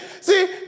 See